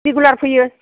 regular फैयो